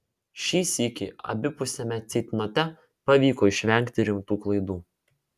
šį sykį abipusiame ceitnote pavyko išvengti rimtų klaidų